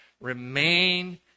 Remain